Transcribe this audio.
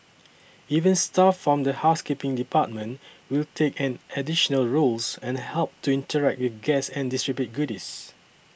even staff from the housekeeping department will take on additional roles and help to interact with guests and distribute goodies